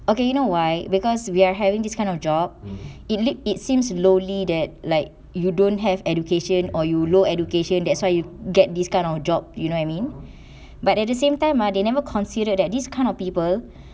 okay you know why because we are having this kind of job it lead it seems lowly that like you don't have education or you low education that's why you get this kind of job you know what I mean but at the same time ah they never considered that this kind of people